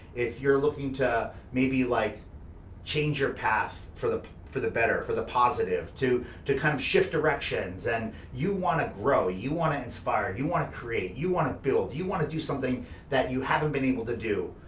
if you're looking to maybe like change your path for the for the better, for the positive, to to kind of shift directions, and you wanna grow, you wanna inspire, you wanna create, you wanna build, you wanna do something that you haven't been able to do,